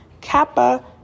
Kappa